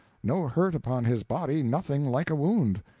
no hurt upon his body, nothing like a wound.